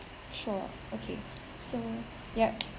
sure okay so yup